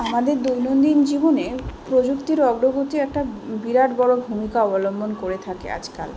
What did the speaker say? আমাদের দৈনন্দিন জীবনে প্রযুক্তির অগ্রগতি একটা বিরাট বড়ো ভূমিকা অবলম্বন করে থাকে আজকাল